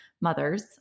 mothers